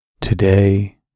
Today